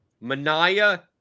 Mania